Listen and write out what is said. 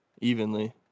evenly